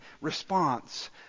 response